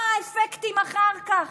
מה האפקטים אחר כך.